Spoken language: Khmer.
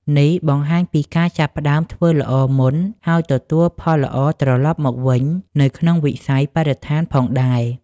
នេះបង្ហាញពីការចាប់ផ្តើមធ្វើល្អមុន ហើយទទួលផលល្អត្រឡប់មកវិញ នៅក្នុងវិស័យបរិស្ថានផងដែរ។